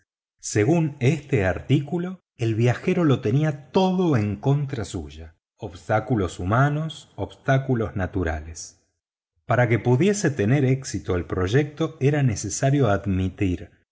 según este artículo el viajero lo tenía todo en contra suya obstáculos humanos obstáculos naturales para que pudiese tener éxito el proyecto era necesario admitir